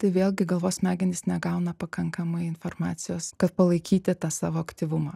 tai vėlgi galvos smegenys negauna pakankamai informacijos kad palaikyti tą savo aktyvumą